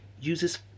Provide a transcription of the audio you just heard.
uses